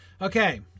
Okay